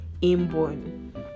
inborn